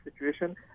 situation